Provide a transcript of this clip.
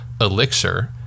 Elixir